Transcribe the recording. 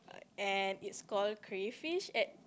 and it's called crayfish at